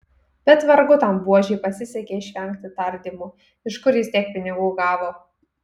bet vargu tam buožei pasisekė išvengti tardymų iš kur jis tiek pinigų gavo